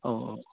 औ औ